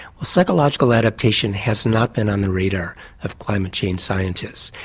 well psychological adaptation has not been on the radar of climate change scientists.